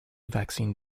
vaccine